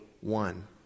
one